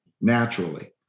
naturally